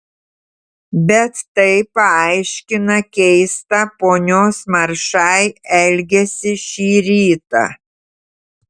bet tai paaiškina keistą ponios maršai elgesį šį rytą